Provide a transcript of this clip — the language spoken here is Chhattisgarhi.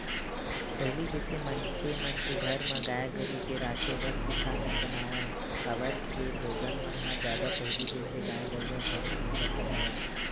पहिली जइसे मनखे मन के घर म गाय गरु के राखे बर कोठा नइ बनावय काबर के लोगन मन ह जादा पहिली जइसे गाय गरुवा घलोक नइ रखत हवय